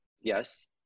Yes